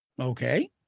Okay